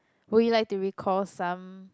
would you like to recall some